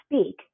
speak